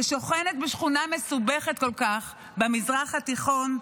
ששוכנת בשכונה מסובכת כל כך במזרח התיכון,